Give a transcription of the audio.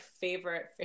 favorite